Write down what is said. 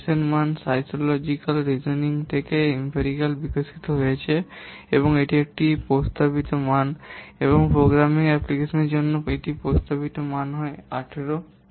S এর মান মানসিক যুক্তি থেকে অভিজ্ঞতাগতভাবে বিকশিত হয়েছে এবং এটি প্রস্তাবিত মান এবং প্রোগ্রামিং অ্যাপ্লিকেশনটির জন্য এই প্রস্তাবিত মান 18 হয়